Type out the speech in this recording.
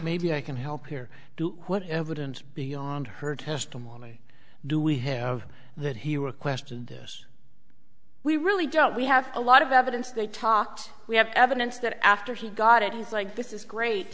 maybe i can help here do what evidence beyond her testimony do we have that he requested this we really don't we have a lot of evidence they talked we have evidence that after he got it he's like this is